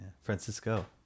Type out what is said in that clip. Francisco